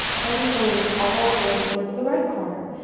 head and shoulders, all the way towards the right corner.